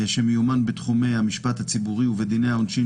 שמיומן בתחומי המשפט הציבורי ובדיני העונשין